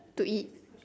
to eat